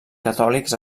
catòlics